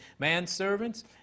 manservants